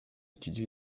étudie